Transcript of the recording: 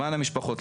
למען המשפחות,